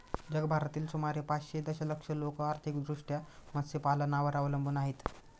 जगभरातील सुमारे पाचशे दशलक्ष लोक आर्थिकदृष्ट्या मत्स्यपालनावर अवलंबून आहेत